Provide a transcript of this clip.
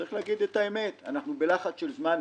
וצריך להגיד את האמת: אנחנו בלחץ של זמן.